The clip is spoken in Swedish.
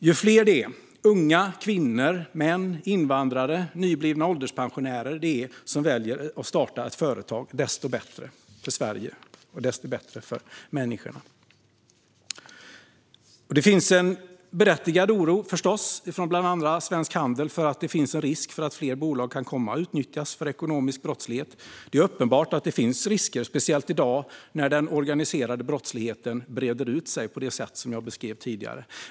Ju fler det är - unga, kvinnor, män, invandrare och nyblivna ålderspensionärer - som väljer att starta ett företag, desto bättre för Sverige och desto bättre för människorna. Det finns en oro från bland andra Svensk Handel som förstås är berättigad för att det finns en risk för att fler bolag kan komma att utnyttjas för ekonomisk brottslighet. Det är uppenbart att det finns risker, speciellt i dag när den organiserade brottsligheten breder ut sig på det sätt som jag beskrev tidigare.